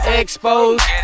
exposed